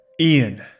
Ian